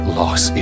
loss